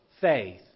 faith